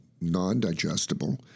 non-digestible